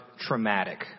traumatic